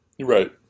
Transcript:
Right